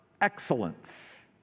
excellence